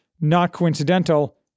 not-coincidental